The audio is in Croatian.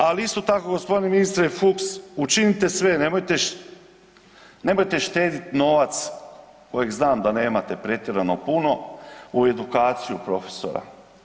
Ali isto tako g. ministre Fuchs učinite sve, nemojte štediti novac kojeg znam da nemate pretjerano puno u edukaciju profesora.